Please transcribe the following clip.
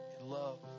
love